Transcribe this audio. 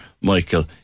Michael